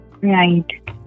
Right